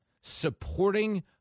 supporting